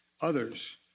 others